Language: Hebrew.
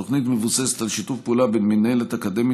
התוכנית מבוססת על שיתוף פעולה בין מינהלת אקדמית